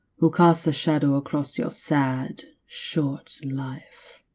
who casts a shadow across your sad, short life.